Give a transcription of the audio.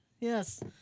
Yes